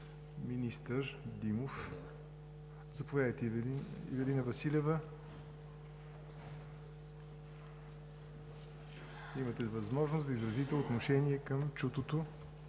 министър Димов? Заповядайте, госпожо Василева – имате възможност да изразите отношение към чутото